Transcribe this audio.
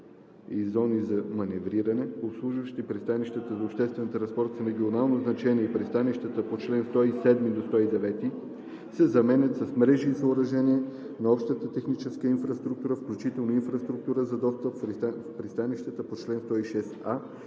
и зони за маневриране, обслужващи пристанищата за обществен транспорт с регионално значение и пристанищата по чл. 107 – 109“ се заменят с „мрежи и съоръжения на общата техническа инфраструктура, включително инфраструктура за достъп, в пристанищата по чл. 106а